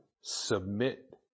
Submit